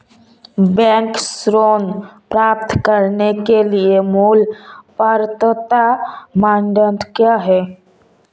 Bank ऋण प्राप्त करने के लिए मूल पात्रता मानदंड क्या हैं?